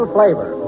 Flavor